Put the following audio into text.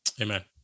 Amen